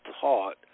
taught